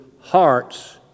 hearts